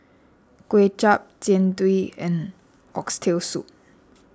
Kway Chap Jian Dui and Oxtail Soup